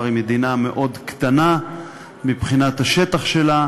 היא מדינה מאוד קטנה מבחינת השטח שלה,